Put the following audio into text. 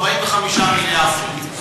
45 מיליארד שקלים.